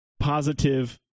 Positive